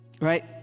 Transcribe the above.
right